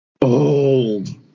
old